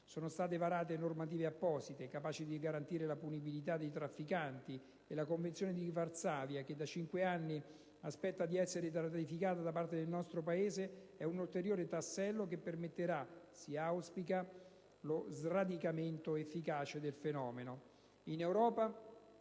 Sono state varate normative apposite, capaci di garantire la punibilità dei trafficanti, e la Convenzione di Varsavia, che da cinque anni aspetta di essere ratificata da parte del nostro Paese, è un ulteriore tassello che permetterà - si auspica - lo sradicamento efficace del fenomeno.